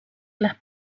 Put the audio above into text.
las